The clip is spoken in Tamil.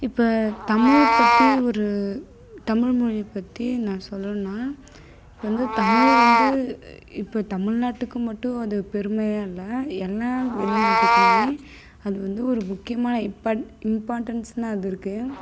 இப்போ தமிழ் பற்றி ஒரு தமிழ்மொழி பற்றி நான் சொல்லணும்னா இப்போது வந்து தமிழ் வந்து இப்போது தமிழ்நாட்டுக்கு மட்டும் அது பெருமையாக இல்லை எல்லா வெளிநாட்டுக்குமே அது வந்து ஒரு முக்கியமான இப்பட் இம்பார்டென்ஸ்னாக அது இருக்குது